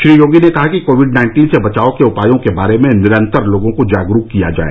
श्री योगी ने कहा कि कोविड नाइन्टीन से बचाव के उपायों के बारे में निरन्तर लोगों को जागरूक किया जाए